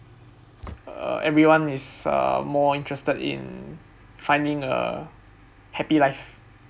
err everyone is uh more interested in finding a happy life